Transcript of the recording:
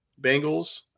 Bengals